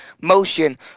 motion